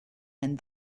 and